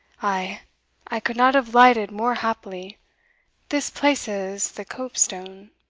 ay i could not have lighted more happily this places the copestone.